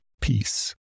Peace